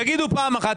תגידו פעם אחת,